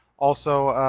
also,